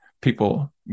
people